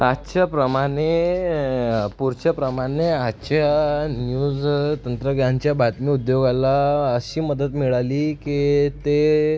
आजच्या प्रमाणे पुढच्या प्रमाणे आजच्या न्यूज तंत्रग्यानच्या बातमी उद्योगाला अशी मदत मिळाली की ते